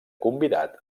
convidat